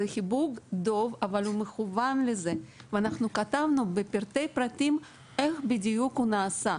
אנחנו כתבנו בפרטי פרטים איך בדיוק הוא נעשה.